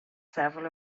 several